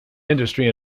industry